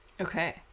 Okay